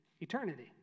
eternity